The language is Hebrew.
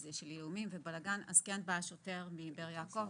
של איומים ובלגן, אז כן בא השוטר מבאר יעקב